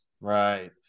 Right